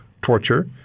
torture